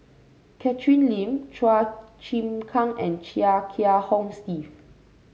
Catherine Lim Chua Chim Kang and Chia Kiah Hong Steve